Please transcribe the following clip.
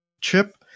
Chip